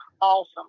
awesome